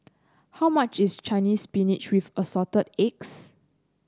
how much is Chinese Spinach with Assorted Eggs